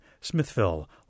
Smithville